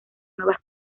nuevas